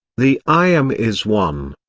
the i am is one.